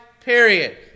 period